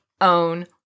own